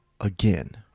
again